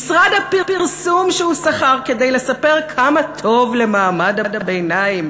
משרד הפרסום שהוא שכר כדי לספר כמה טוב למעמד הביניים